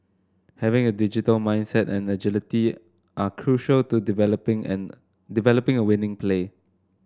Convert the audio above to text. having a digital mindset and agility are crucial to developing and developing a winning play